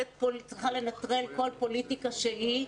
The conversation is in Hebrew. היא צריכה לנטרל כל פוליטיקה שהיא,